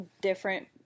different